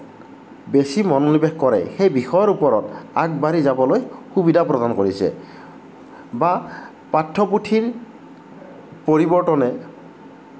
বেছি মনোনিৱেশ কৰে সেই বিষয়ৰ ওপৰত আগবাঢ়ি যাবলৈ সুবিধা প্ৰদান কৰিছে বা পাঠ্যপুথিৰ পৰিৱৰ্তনে